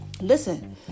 listen